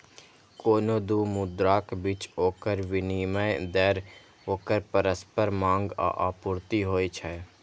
कोनो दू मुद्राक बीच ओकर विनिमय दर ओकर परस्पर मांग आ आपूर्ति होइ छै